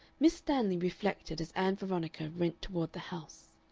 miss stanley reflected as ann veronica went toward the house.